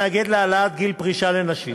השר להגנת הסביבה אבי גבאי יעלה לדוכן.